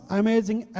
amazing